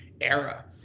era